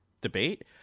debate